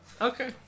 okay